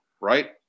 right